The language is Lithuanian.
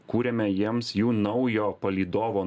kūrėme jiems jų naujo palydovo